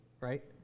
right